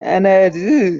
انرژی